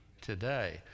today